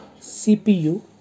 cpu